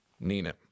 Nina